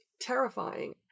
terrifying